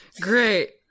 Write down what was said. Great